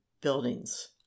buildings